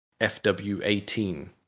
FW18